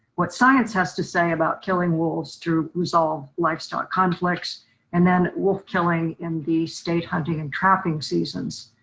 what science has to say about killing wolves to resolve lifestyle conflicts and then wolf killing in the state hunting and trapping seasons.